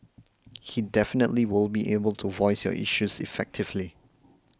he definitely will be able to voice your issues effectively